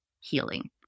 healing